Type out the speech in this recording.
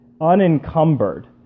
unencumbered